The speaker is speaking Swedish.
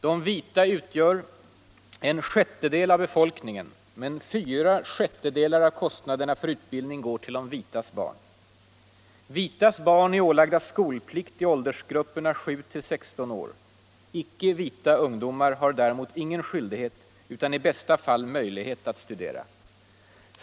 De vita utgör en sjättedel av befolkningen, men fyra sjättedelar av kostnaderna för utbildning går till de vitas barn. Vitas barn är ålagda skolplikt i åldersgrupperna sju till sexton år. Icke-vita ungdomar har däremot ingen skyldighet utan i bästa fall möjlighet att studera.